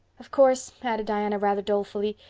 of course, added diana rather dolefully,